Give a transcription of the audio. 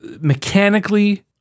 mechanically